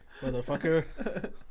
Motherfucker